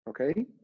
okay